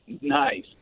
nice